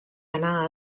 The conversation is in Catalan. anà